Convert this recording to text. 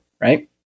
right